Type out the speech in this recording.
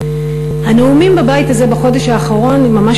הנאומים בבית הזה בחודש האחרון ממש